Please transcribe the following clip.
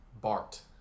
Bart